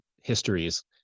histories